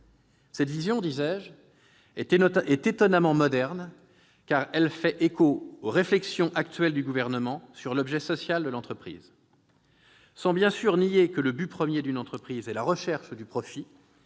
Cette vision est étonnamment moderne, disais-je, car elle fait écho aux réflexions actuelles du Gouvernement sur l'objet social de l'entreprise, sans bien sûr nier que le but premier d'une entreprise est la recherche du profit,